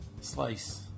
slice